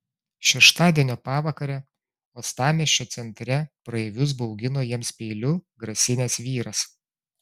šeštadienio pavakarę uostamiesčio centre praeivius baugino jiems peiliu grasinęs vyras